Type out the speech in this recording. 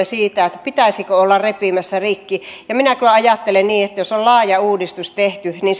siitä pitäisikö olla repimässä rikki ja minä kyllä ajattelen niin että jos on laaja uudistus tehty niin